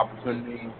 opportunity